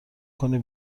کنی